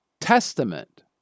Testament